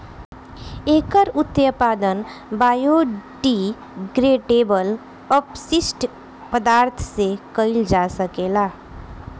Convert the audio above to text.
एकर उत्पादन बायोडिग्रेडेबल अपशिष्ट पदार्थ से कईल जा सकेला